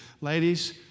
Ladies